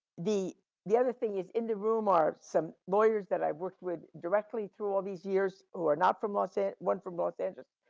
the the other thing is in the room are some lawyers that i've worked with directly through all these years who are not from los ang. one from los angeles,